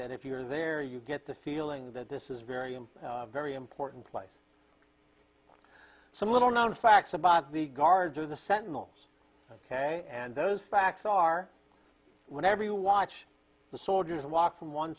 that if you're there you get the feeling that this is a very i'm very important place some little known facts about the guards or the sentinel ok and those facts are whenever you watch the soldiers walk from one